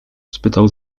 spytał